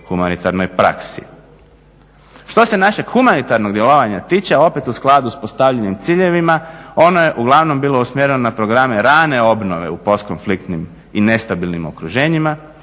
humanitarnoj praksi. Što se našeg humanitarnog djelovanja tiče, opet u skladu sa postavljenim ciljevima ono je uglavnom bilo usmjereno na programe rane obnove u postkonfliktnim i nestabilnim okruženjima,